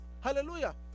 hallelujah